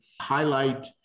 highlight